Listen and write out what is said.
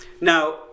Now